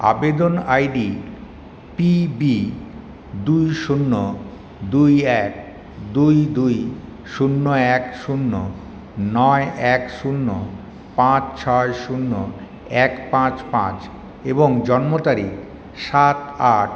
আবেদন ID PB দুই শূন্য দুই এক দুই দুই শূন্য এক শূন্য নয় এক শূন্য পাঁচ ছয় শূন্য এক পাঁচ পাঁচ এবং জন্ম তারিখ সাত আট